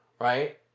right